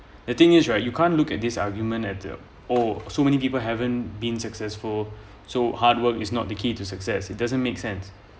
the thing is right you can't look at this argument at a oh so many people haven't been successful so hard work is not the key to success it doesn't make sense